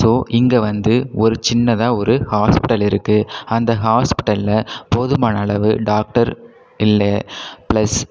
so இங்கே வந்து ஒரு சின்னதாக ஒரு ஹாஸ்பிட்டல் இருக்குது அந்த ஹாஸ்பிட்டலில் போதுமான அளவு டாக்டர் இல்லை ப்ளஸ்